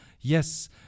Yes